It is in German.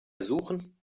suchen